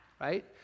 right